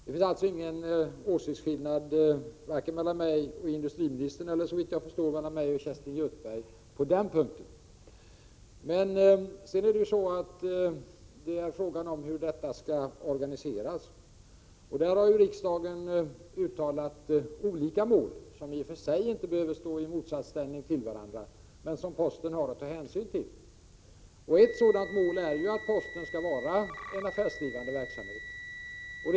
Det finns alltså ingen åsiktsskillnad vare sig mellan mig och industriministern eller, såvitt jag förstår, mellan mig och Kerstin Göthberg på den punkten. Men frågan är ju hur detta skall organiseras. Riksdagen har här uttalat olika mål, som i och för sig inte behöver stå i motsatsställning till varandra men som posten har att ta hänsyn till. Ett sådant mål är att posten skall vara ett affärsdrivande verk.